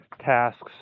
tasks